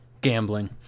gambling